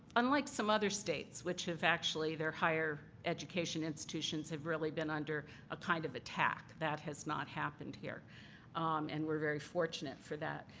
unlike some other states which have actually, their higher education institutions have really been under a kind of attack that has not happened here and we're very fortunate for that.